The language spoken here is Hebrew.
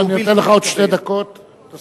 אני נותן לך עוד שתי דקות תוספת.